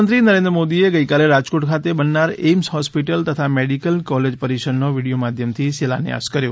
પ્રધાનમંત્રી નરેન્દ્ર મોદીએ ગઈકાલે રાજકોટ ખાતે બનનાર એઇમ્સ હોસ્પિટલ તથા મેડીકલ કોલેજ પરિસરનો વિડિઓ માધ્યમથી શિલાન્યાસ કર્યો